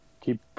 keep